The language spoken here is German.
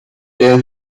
der